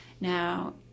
Now